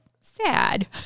sad